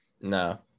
no